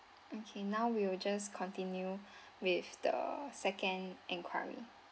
okay now we'll just continue with the second inquiry